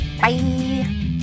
Bye